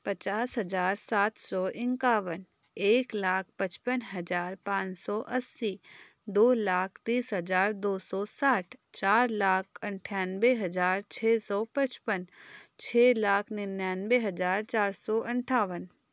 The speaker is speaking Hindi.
पचास हज़ार सात सौ इक्यावन एक लाख पचपन हज़ार पाँच सौ अस्सी दो लाख तीस हज़ार दो सौ साठ चार लाख अठानवे हज़ार छः सौ पचपन छः लाख निन्यानवे हज़ार चार सौ अनठावन